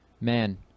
man